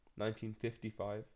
1955